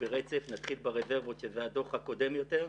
נתחיל ברזרבות שזה הדוח הקדום יותר,